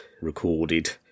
recorded